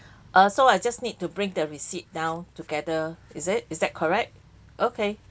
ah so I just need to bring the receipt down together is it is that correct okay